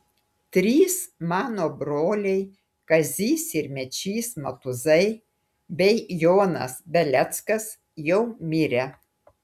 trys mano broliai kazys ir mečys matuzai bei jonas beleckas jau mirę